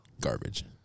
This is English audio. Garbage